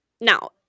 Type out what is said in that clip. now